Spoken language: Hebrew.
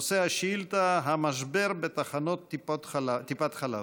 נושא השאילתה: המשבר בתחנות טיפת חלב.